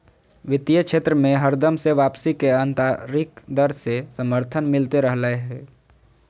वित्तीय क्षेत्र मे हरदम से वापसी के आन्तरिक दर के समर्थन मिलते रहलय हें